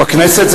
הוא בכנסת?